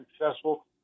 successful